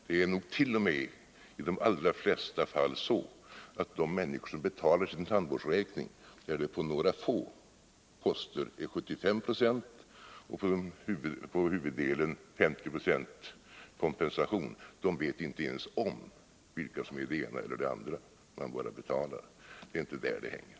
Det är t.o.m. ide flesta fall så, att de människor som betalar sin tandvårdsräkning— där det på några få poster är 75 20 och på huvuddelen 50 96 kompensation — inte ens vet vilket som är det ena eller det andra, utan de bara betalar. Det är således inte det som det hänger på.